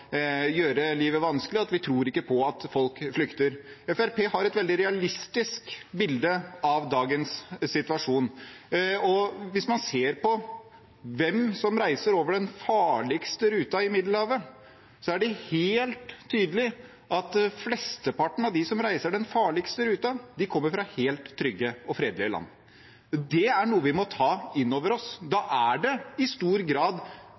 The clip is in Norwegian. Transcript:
gjøre livet vanskelig, at vi ikke tror på at folk flykter. Fremskrittspartiet har et veldig realistisk bilde av dagens situasjon. Hvis man ser på hvem som reiser den farligste ruta i Middelhavet, er det helt tydelig at flesteparten av dem som reiser den farligste ruta, kommer fra helt trygge og fredelige land. Det er noe vi må ta inn over oss. Da er det i stor grad